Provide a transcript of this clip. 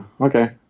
okay